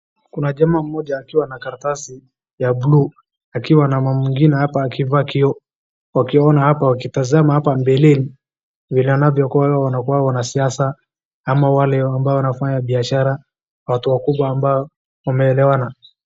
Kuna jamaa mmoja akiwa na karatasi ya buluu, akiwa na mama mwingine hapa akivaa kioo, wakiona hapa wakitazama hapa mbeleni. Vile inavyokuwa wanaeza kuwa ni wanasiasa ama wale ambao wanafanya biashara, watu wakubwa ambao wameelewana.